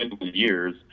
years